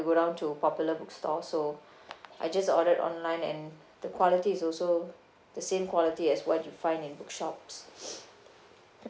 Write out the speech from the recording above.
go down to Popular Bookstore so I just ordered online and the quality is also the same quality as what you find in bookshops